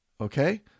Okay